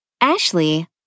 Ashley